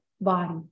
body